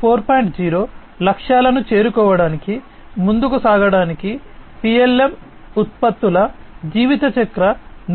0 లక్ష్యాలను చేరుకోవడానికి ముందుకు సాగడానికి పిఎల్ఎమ్ ఉత్పత్తుల జీవితచక్ర